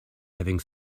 having